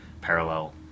parallel